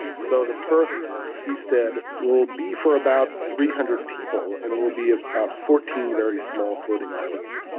so the first seastead will be for about three hundred people, and it will be about fourteen very small floating islands.